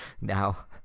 now